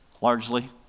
largely